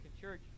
Church